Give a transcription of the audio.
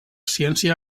ciència